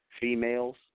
females